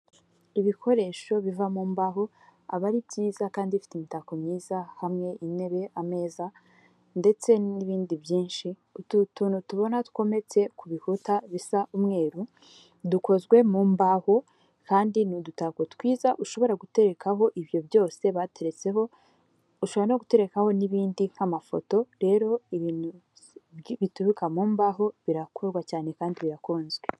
Ibikoresho biva mu mbaho aba ari byiza kandi bifite imitako myiza hamwe intebe ameza ndetse n'ibindi byinshi utu tuntu tubona twometse ku bikuta bisa umweru dukozwe mu mbaho kandi n'udutako twiza ushobora guterekaho ibyo byose bateretseho, ushobora no gutekarekaho n'ibindi nk'amafoto rero ibintu bituruka mu mbaho birakorwa cyane kandi birakunzwe.